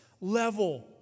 level